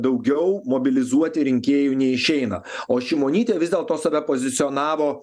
daugiau mobilizuoti rinkėjų neišeina o šimonytė vis dėlto save pozicionavo